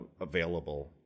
available